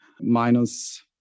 minus